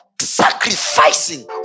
sacrificing